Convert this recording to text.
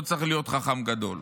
לא צריך להיות חכם גדול: